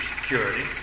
security